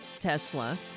Tesla